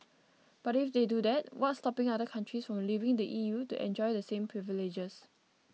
but if they do that what's stopping other countries from leaving the E U to enjoy the same privileges